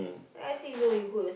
I say no you go yours~